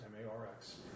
M-A-R-X